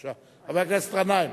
בבקשה, חבר הכנסת גנאים.